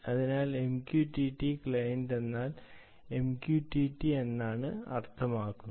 അതിനാൽ MQTT client എന്നാൽ MQTT എന്നാണ് അർത്ഥമാക്കുന്നത്